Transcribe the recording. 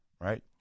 right